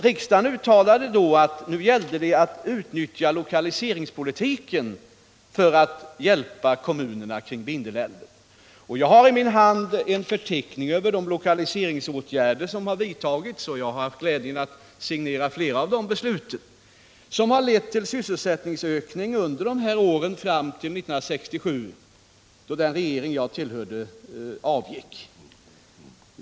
Riksdagen uttalade då att det gällde att utnyttja lokaliseringspolitiken för att hjälpa kommunerna kring Vindelälven. Jag har i min hand en förteckning över de lokaliseringsåtgärder — jag har haft glädjen att signera flera av de besluten — som har vidtagits och som har lett till sysselsättningsökning under åren från 1965 fram till 1977, då den regering jag tillhörde avgick.